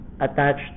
attached